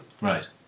Right